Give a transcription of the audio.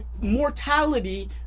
mortality